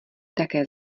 také